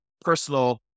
personal